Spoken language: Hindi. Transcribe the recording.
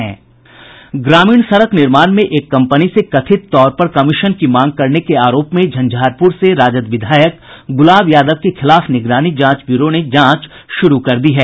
ग्रामीण सड़क निर्माण में एक कंपनी से कथित तौर पर कमीशन की मांग करने के आरोप में झंझारपुर से राजद विधायक गुलाब यादव के खिलाफ निगरानी जांच ब्यूरो ने जांच शुरू कर दी है